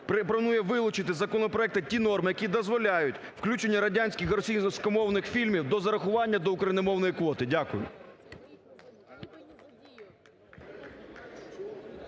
пропонує вилучити з законопроекту ті норми, які дозволяють включення радянських і російськомовних фільмів до зарахування до україномовної квоти. Дякую.